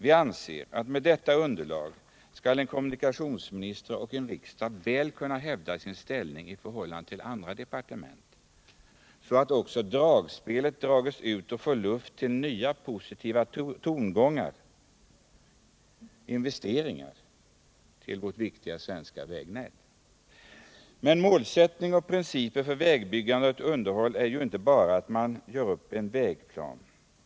Vi anser att med detta underlag skall en kommunikationsminister kunna hävda sin ställning väl i förhållande till andra departement, så att dragspelet dras ut och får luft till nya, positiva tongångar, dvs. investeringar i vårt svenska vägnät. Men målsättning och princip för vägbyggande och underhåll gäller inte bara att man gör upp en vägplan.